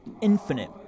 infinite